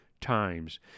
times